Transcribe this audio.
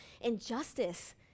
injustice